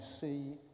see